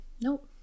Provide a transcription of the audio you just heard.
nope